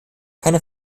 keine